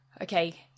okay